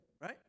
right